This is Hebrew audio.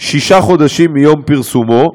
שישה חודשים מיום פרסומו,